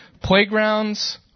Playgrounds